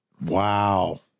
Wow